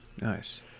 Nice